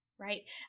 right